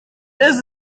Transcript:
ist